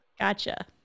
Gotcha